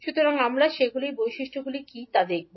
সুতরাং আমরা সেগুলির বৈশিষ্ট্যগুলি কী তা দেখব